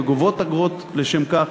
וגובות אגרות לשם כך,